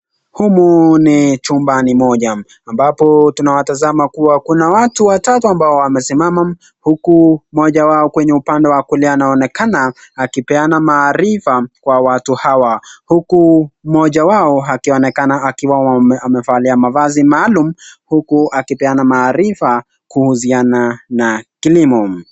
Humu ni chumpani moja ambapo tunawatazama kuwa kuna watu watatu ambao wamesimama huku mmoja wao kwenye upande wa kulia anaonekana akipeana maarifa kwa watu hawa huku mmoja wao akionekana akiwa amevalia mavazi maalum huku akipeana maarifa kuhusiana na kilimo.